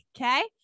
okay